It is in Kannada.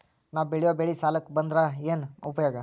ನಾವ್ ಬೆಳೆಯೊ ಬೆಳಿ ಸಾಲಕ ಬಂದ್ರ ಏನ್ ಉಪಯೋಗ?